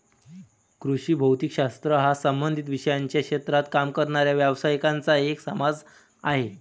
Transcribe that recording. कृषी भौतिक शास्त्र हा संबंधित विषयांच्या क्षेत्रात काम करणाऱ्या व्यावसायिकांचा एक समाज आहे